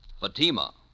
Fatima